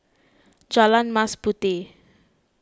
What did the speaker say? Jalan Mas Puteh